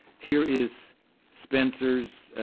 here is spenser's